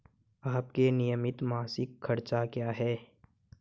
आपके नियमित मासिक खर्च क्या हैं?